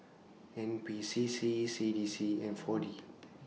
N P C C C D C and four D